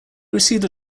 received